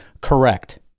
Correct